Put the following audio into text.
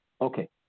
Okay